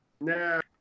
No